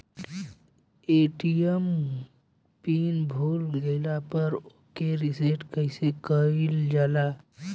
ATM pin भूल गईल पर ओके रीसेट कइसे कइल जाला?